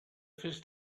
first